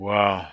Wow